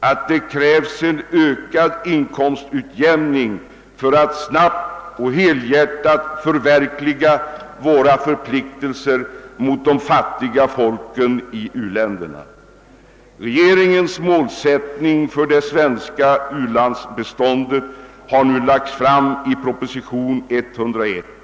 att det krävs en ökad inkomstutjämning för att vi snabbt och helhjärtat skall kunna förverkliga våra förpliktelser mot de fattiga folken i u-länderna. Regeringens målsättning för det svenska u-landsbiståndet har nu lagts fram i proposition nr 101.